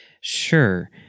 Sure